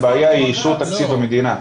הבעיה היא אישור תקציב המדינה.